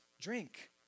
drink